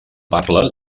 parla